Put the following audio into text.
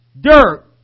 dirt